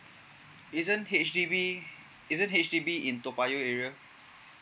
isn't H_D_B isn't H_D_B in toa payoh area